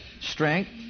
Strength